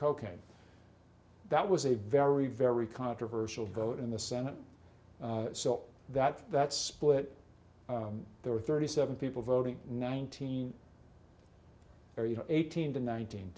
cocaine that was a very very controversial vote in the senate so that that split there were thirty seven people voting nineteen eighteen to nineteen